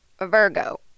Virgo